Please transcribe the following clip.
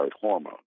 hormone